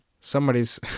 somebody's